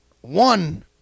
One